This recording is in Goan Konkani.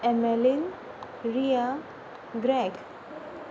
Emmeline Ria ग्रॅग